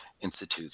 Institute's